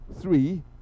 three